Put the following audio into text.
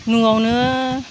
न'आवनो